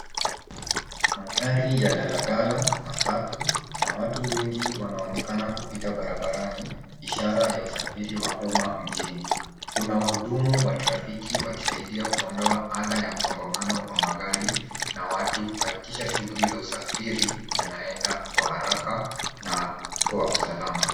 Kuna magari ya daladala, matatu na watu wengi wanaonekana kupita barabarani, ishara ya usafiri wa umma mjini. Kuna wahudumu wa trafiki wakisaidia kuondoa ada ya msongamano wa magari na watu kuhakikisha shughuli za usafiri zinaenda kwa haraka na kwa usalama.